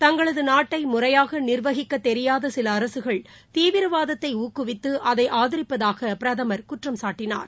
தங்களதுநாட்டைமுறையாகநிர்வகிக்கத்தெரியாதசிலஅரசுகள் தீவிரவாதத்தைஊக்குவித்துஅதைஆதரிப்பதாகபிரதமர் குற்றம் சாட்டினார்